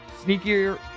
sneakier